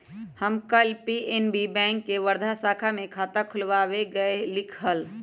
हम कल PNB bank के वर्धा शाखा में खाता खुलवावे गय लीक हल